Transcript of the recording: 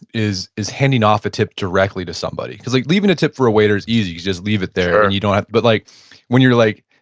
is is handing off a tip directly to somebody. because like leaving a tip for a waiter is easy, you just leave it there and you don't have, but like when you're like,